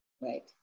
Right